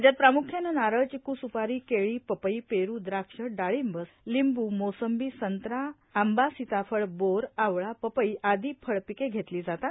राज्यात प्रामुख्याने नारळ चिक् स्पारी केळी पपई पेरु द्राक्ष डाळींब सिताफळ लिंबू मोसंबी संत्रा आंबा सिताफळ बोर आवळा पपई आदी फळपिके घेतली जातात